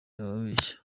ababeshya